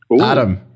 Adam